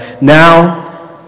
now